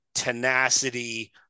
tenacity